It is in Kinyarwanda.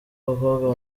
abakobwa